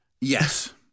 Yes